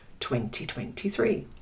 2023